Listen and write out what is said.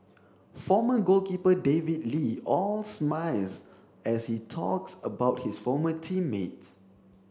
former goalkeeper David Lee all smiles as he talks about his former team mates